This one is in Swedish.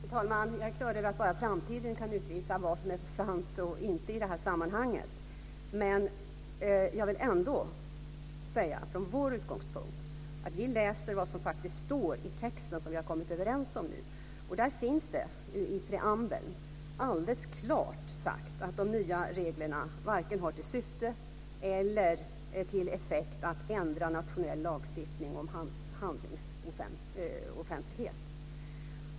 Fru talman! Jag är på det klara med att bara framtiden kan utvisa vad som är sant och inte i det här sammanhanget. Jag vill ändå från vår utgångspunkt säga att vi läser vad som faktiskt står i den text som vi har kommit överens om nu. Där finns det, i preambeln, alldeles klart sagt att de nya reglerna varken har till syfte eller som effekt att ändra nationell lagstiftning om handlingsoffentlighet.